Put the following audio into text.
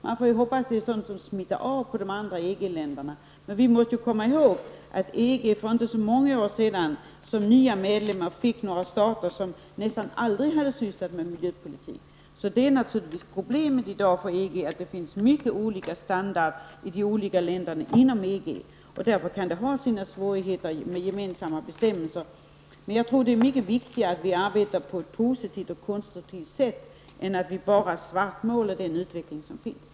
Man får hoppas att detta är något som smittar av sig på de andra EG Vi måste emellertid komma ihåg att EG för inte så många år sedan som nya medlemmar fick några stater som nästan aldrig hade sysslat med miljöpolitik. Det är naturligtvis ett problem i dag för EG att standarden i de olika länderna inom EG är mycket olika. Därför kan gemensamma bestämmelser föra med sig vissa svårigheter. Jag tror att det är mycket viktigare att vi arbetar på ett positivt och konstruktivt sätt än att vi bara svartmålar den utveckling som sker.